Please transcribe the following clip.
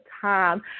time